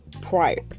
prior